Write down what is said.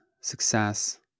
success